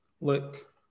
look